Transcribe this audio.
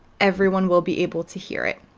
everyone will be able to hear it.